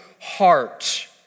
heart